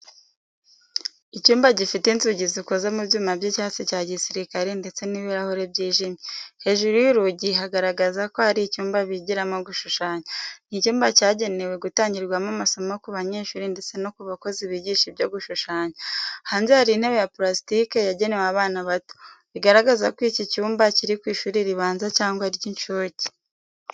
Icyumba gifite inzugi zikoze mu byuma by'icyatsi cya gisirikare ndetse n'ibirahure byijimye, hejuru y'urugi hagaragaza ko ari icyumba bigiramo gushushanya. Ni icyumba cyagenewe gutangirwamo amasomo ku banyeshuri ndetse no ku bakozi bigisha ibyo gushushanya. Hanze hari intebe ya purasitike yagenewe abana bato, bigaragaza ko iki cyumba kiri ku ishuri ribanza cyangwa iry'incuke.